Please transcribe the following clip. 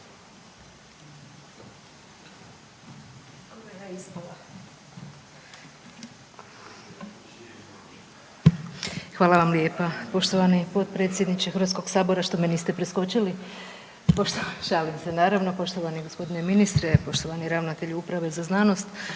Hvala vam lijepa poštovani potpredsjedniče HS što me niste preskočili, šalim se naravno, poštovani g. ministre, poštovani ravnatelju uprave za znanost,